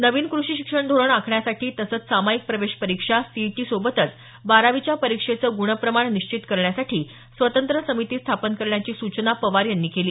नवीन कृषी शिक्षण धोरण आखण्यासाठी तसंच सामाईक प्रवेश परीक्षा सीईटीसोबतच बारावीच्या परीक्षेचं ग्णप्रमाण निश्चित करण्यासाठी स्वतंत्र समिती स्थापन करण्याची सूचना पवार यांनी केली